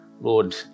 Lord